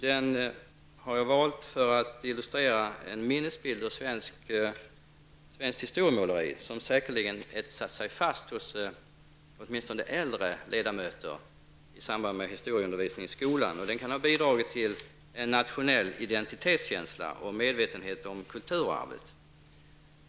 Jag har valt den för att illustrera en minnesbild ur svenskt historiemåleri som säkerligen etsat sig fast hos åtminstone äldre ledamöter i samband med historieundervisningen i skolan. Den kan bidra till en nationell identitetskänsla och medvetenhet om kulturarvet.